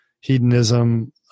hedonism